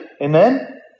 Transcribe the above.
Amen